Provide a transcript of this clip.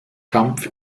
kampf